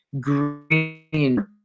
green